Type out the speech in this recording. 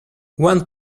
one